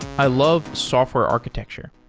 i love software architecture.